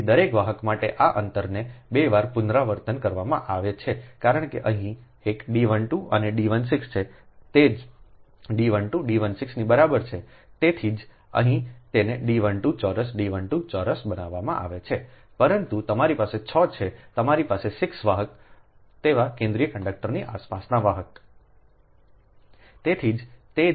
તેથી દરેક વાહક માટે આ અંતરને બે વાર પુનરાવર્તિત કરવામાં આવે છે કારણ કે અહીં એક D 12 અને D 16 છે તે જ D 12 D 16 ની બરાબર છે તેથી જ અહીં તેને D 12 ચોરસ D 12 ચોરસ બનાવવામાં આવે છે પરંતુ તમારી પાસે 6 છે તમારી પાસે 6 વાહક હોય તેવા કેન્દ્રીય કંડક્ટરની આસપાસના વાહક